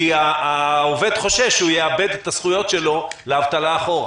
כי העובד חושש שהוא יאבד את הזכויות שלו לאבטלה אחורה.